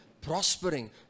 prospering